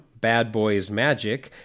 badboysmagic